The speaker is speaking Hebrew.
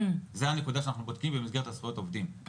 זו הנקודה שאנחנו בודקים במסגרת זכויות עובדים.